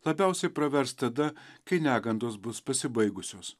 labiausiai pravers tada kai negandos bus pasibaigusios